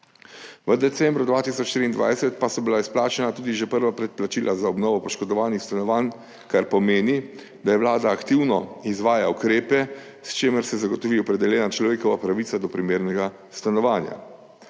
V decembru 2023 pa so bila izplačana tudi že prva predplačila za obnovo poškodovanih stanovanj, kar pomeni, da je Vlada aktivno izvaja ukrepe, s čimer se zagotovi opredeljena človekova pravica do primernega stanovanja.